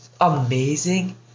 amazing